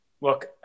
look